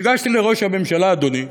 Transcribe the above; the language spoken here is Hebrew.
ניגשתי לראש הממשלה, אדוני,